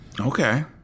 Okay